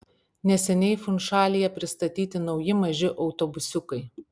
neseniai funšalyje pristatyti nauji maži autobusiukai